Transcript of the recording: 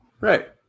Right